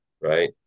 right